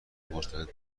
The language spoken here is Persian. مرتبط